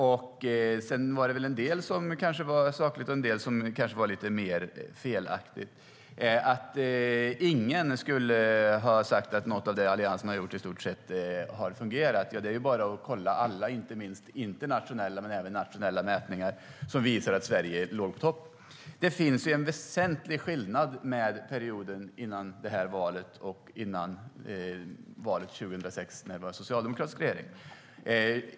En del var sakligt, och en del var kanske lite mer felaktigt. När det gäller att i stort sett ingen skulle ha sagt att något av det som Alliansen har gjort fungerar kan man bara kolla på alla mätningar, inte minst internationella men även nationella, som visar att Sverige låg i topp. Det finns en väsentlig skillnad mellan perioden innan det här valet och perioden innan valet 2006 då vi hade en socialdemokratisk regering.